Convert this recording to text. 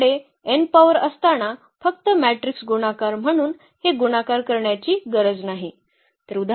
आपल्याकडे n power असताना फक्त मॅट्रिक्स गुणाकार म्हणून हे गुणाकार करण्याची गरज नाही